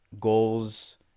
goals